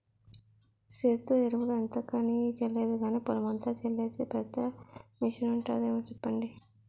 సేత్తో ఎరువులు ఎంతకని జల్లేది గానీ, పొలమంతా జల్లీసే పెద్ద మిసనుంటాదేమో సెప్పండి?